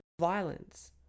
violence